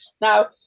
Now